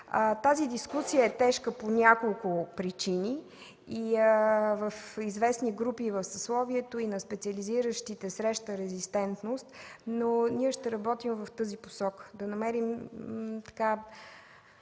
Тази дискусия е тежка по няколко причини. В известни групи на съсловието и на специализиращите среща резистентност, но ние ще работим в тази посока – да намерим някакъв